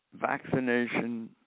vaccination